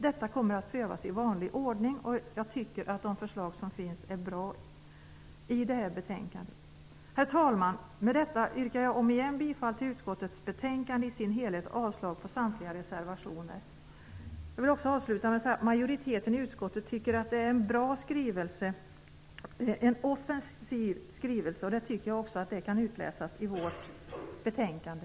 Detta kommer att prövas i vanlig ordning, och jag tycker att de förslag som finns i det här betänkandet är bra. Herr talman! Med detta yrkar jag om igen bifall till utskottets hemställan i dess helhet och avslag på samtliga reservationer. Jag vill också avsluta med att säga att majoriteten i utskottet tycker att detta är en bra och offensiv skrivelse, och det tycker jag också kan utläsas av vårt betänkande.